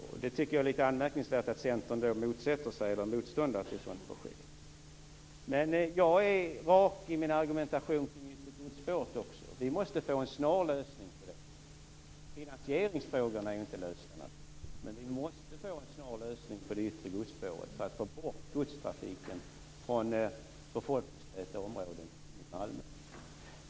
Jag tycker att det är litet anmärkningsvärt att Centern motsätter sig ett sådant projekt. Men jag är rak i min argumentation kring ett yttre godsspår. Vi måste få en snar lösning på problemet. Finansieringsfrågorna är naturligtvis inte lösta, men vi måste få en snar lösning när det gäller det yttre spåret för att få bort godstrafiken från befolkningstäta områden inne i Malmö.